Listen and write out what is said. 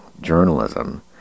journalism